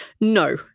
no